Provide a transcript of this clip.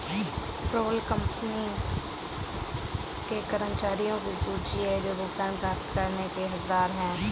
payroll company के कर्मचारियों की सूची है जो भुगतान प्राप्त करने के हकदार हैं